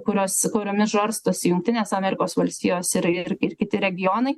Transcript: kurios kuriomis žarstosi jungtinės amerikos valstijos ir ir ir kiti regionai